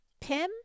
Pim